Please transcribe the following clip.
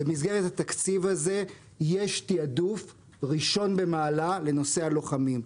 במסגרת התקציב הזה יש תיעדוף ראשון במעלה לנושא הלוחמים,